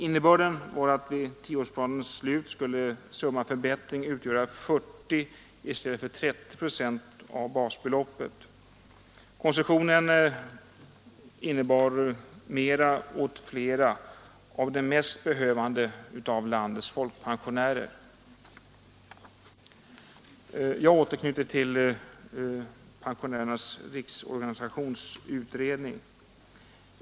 Innebörden var att vid tioårsplanens slut skulle summan av förbätt —— Jag återknyter till Pensionärernas riksorganisations utredning.